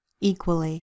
equally